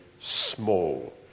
small